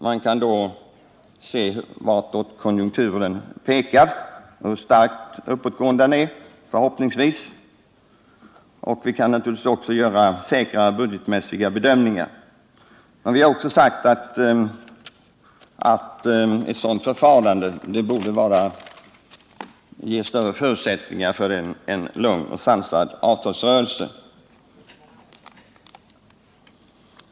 Vi kan då se hur starkt uppåtgående konjunkturen är och på grundval härav göra säkrare budgetmässiga bedömningar. Vi har också anfört att ett sådant förfarande borde ge större förutsättningar för en lugn och sansad avtalsrörelse.